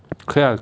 可以啊